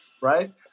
right